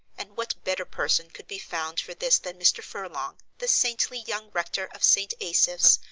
and what better person could be found for this than mr. furlong, the saintly young rector of st. asaph's,